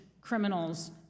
criminals